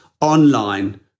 online